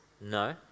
no